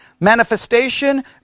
manifestation